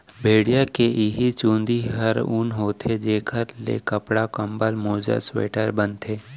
भेड़िया के इहीं चूंदी ह ऊन होथे जेखर ले कपड़ा, कंबल, मोजा, स्वेटर बनथे